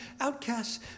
outcasts